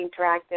interactive